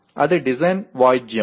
అది డిజైన్ వాయిద్యం